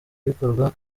bikorwa